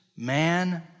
Man